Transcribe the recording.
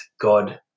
God